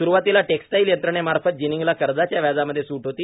सुरवातीला टेक्सटाईल यंत्रणेमार्फत जिनिंगला कर्जाच्या व्याजामध्ये स्ट होती